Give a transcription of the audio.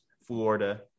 Florida